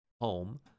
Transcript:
home